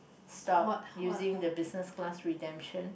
stop using the business class redemption